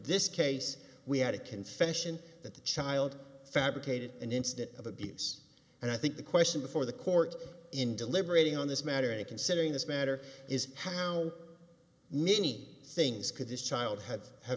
this case we had a confession that the child fabricated and instead of abuse and i think the question before the court in deliberating on this matter and considering this matter is how many things could this child ha